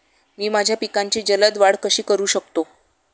मी माझ्या पिकांची जलद वाढ कशी करू शकतो?